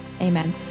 amen